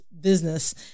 business